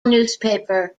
newspaper